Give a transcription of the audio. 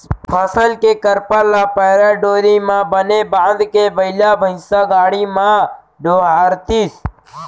फसल के करपा ल पैरा डोरी म बने बांधके बइला भइसा गाड़ी म डोहारतिस